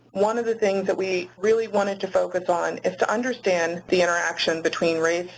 one of the things that we really wanted to focus on is to understand the interaction between race,